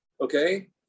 Okay